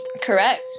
Correct